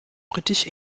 britisch